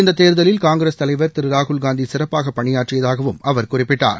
இந்ததேர்தலில் Congress தலைவர் திருராகுல்காந்திசிறப்பாகபணியாற்றியதாகவும் அவர் குறிப்பிட்டார்